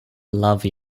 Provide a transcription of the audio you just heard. love